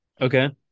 Okay